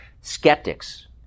Skeptics